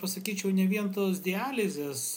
pasakyčiau ne vien tos dializės